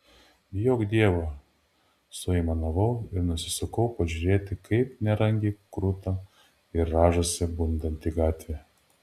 bijok dievo suaimanavau ir nusisukau pažiūrėti kaip nerangiai kruta ir rąžosi bundanti gatvė